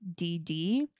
DD